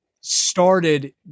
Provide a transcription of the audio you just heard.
started